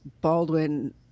Baldwin